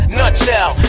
nutshell